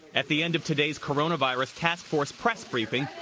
at the end of today's coronavirus task force press briefing,